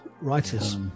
writers